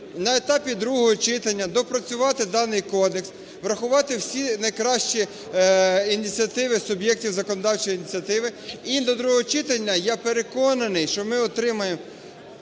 на етапі другого читання доопрацювати даний кодекс, врахувати всі найкращі ініціативи суб'єктів законодавчої ініціативи. І до другого читання, я переконаний, що ми отримаємо